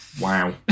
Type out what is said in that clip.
Wow